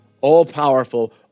all-powerful